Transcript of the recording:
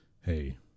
Hey